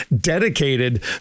dedicated